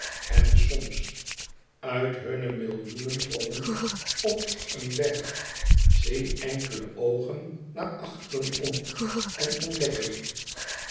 en soms uit hunne millioenen drommen p een berg zien enkele oogen naar achteren om en ontdekken